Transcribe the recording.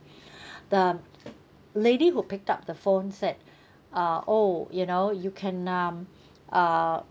the lady who picked up the phone said uh oh you know you can um uh